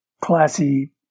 classy